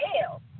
hell